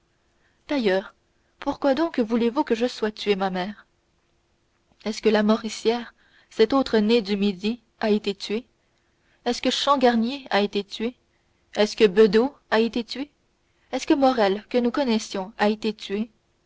d'ailleurs pourquoi donc voulez-vous que je sois tué ma mère est-ce que lamoricière cet autre ney du midi a été tué est-ce que changarnier a été tué est-ce que bedeau a été tué est-ce que morrel que nous connaissons a été tué